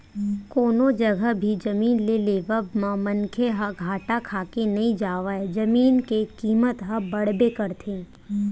कोनो जघा भी जमीन के लेवब म मनखे ह घाटा खाके नइ जावय जमीन के कीमत ह बड़बे करथे